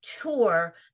tour